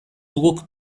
guk